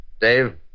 Dave